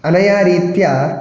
अनया रीत्या